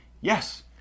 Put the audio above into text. yes